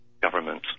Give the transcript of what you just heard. government